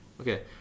Okay